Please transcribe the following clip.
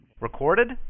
Recorded